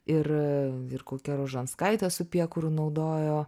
ir ir kokia rožanskaitė su piekuru naudojo